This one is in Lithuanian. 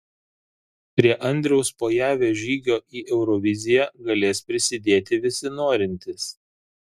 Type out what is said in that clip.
prie andriaus pojavio žygio į euroviziją galės prisidėti visi norintys